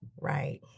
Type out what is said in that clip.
Right